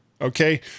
Okay